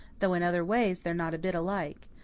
though in other ways they're not a bit alike.